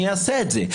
אני אעשה את זה,